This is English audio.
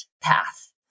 path